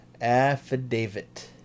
affidavit